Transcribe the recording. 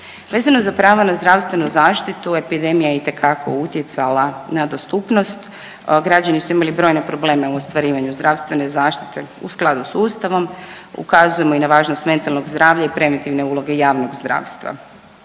Vezano za pravo na zdravstvenu zaštitu, epidemija je itekako utjecala na dostupnost. Građani su imali brojne probleme u ostvarivanju zdravstvene zaštite u skladu s Ustavom, ukazujemo i na važnost mentalnog zdravlja i preventivne uloge javnog zdravstva.